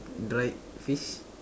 dried fish